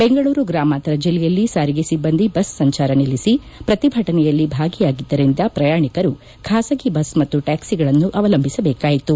ಬೆಂಗಳೂರು ಗ್ರಾಮಾಂತರ ಜಿಲ್ಲೆಯಲ್ಲಿ ಸಾರಿಗೆ ಸಿಬ್ದಂದಿ ಬಸ್ ಸಂಜಾರ ನಿಲ್ಲಿಸಿ ಪ್ರತಿಭಟನೆಯಲ್ಲಿ ಭಾಗಿಯಾಗಿದ್ದರಿಂದ ಪ್ರಯಾಣಿಕರು ಖಾಸಗಿ ಬಸ್ ಮತ್ತು ಟ್ಯಾಕ್ಷಿಗಳನ್ನು ಅವಲಂಬಿಸಬೇಕಾಯಿತು